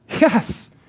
Yes